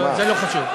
זה לא חשוב.